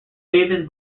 davis